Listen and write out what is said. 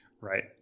right